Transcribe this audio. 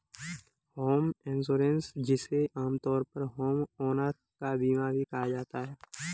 home insurance जिसे आमतौर पर होमओनर का बीमा भी कहा जाता है